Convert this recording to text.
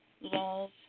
Laws